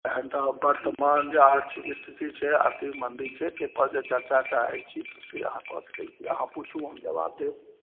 तहन तऽ वर्तमान जे आर्थिक स्थिति छै आर्थिक मन्दी छै ताहिपर जे चर्चा चाहैत छी से अहाँ कऽ सकैत छी अहाँ पुछू ओ हम जबाब देब